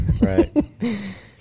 Right